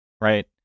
right